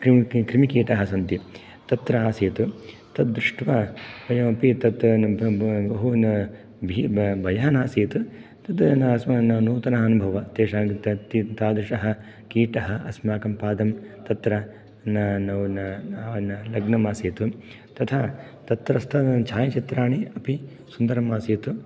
कृमिकीटाः सन्ति तत्र आसीत् तद्दृष्ट्वा वयमपि तत् बहून् भयः नासीत् तत् नूतनानुभवः तादृशः कीटः अस्माकं पादं तत्र नग्नम् आसीत् तथा तत्रस्थ छायाचित्राणि अपि सुन्दरम् आसीत्